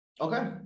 okay